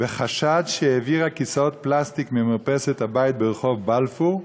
בחשד שהעבירה כיסאות פלסטיק ממרפסת הבית ברחוב בלפור,